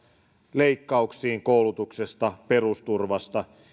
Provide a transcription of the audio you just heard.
leikkauksiin koulutuksesta perusturvasta